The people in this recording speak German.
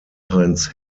heinz